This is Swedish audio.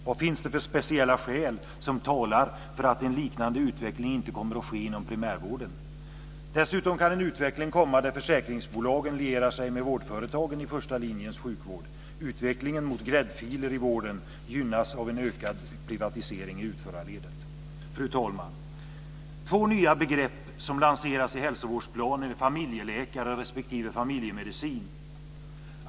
Vad finns det för speciella skäl som talar för att en liknande utveckling inte kommer att ske inom primärvården? Dessutom kan en utveckling komma där försäkringsbolagen lierar sig med vårdföretagen i första linjens sjukvård. Utvecklingen mot gräddfiler i vården gynnas av en ökad privatisering i utförarledet. Fru talman! Två nya begrepp som lanseras i hälsovårdsplanen är familjeläkare respektive familjemedicin.